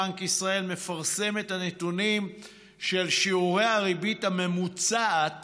בנק ישראל פרסם את הנתונים של שיעורי הריבית הממוצעת